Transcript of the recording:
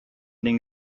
den